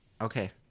Okay